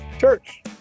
church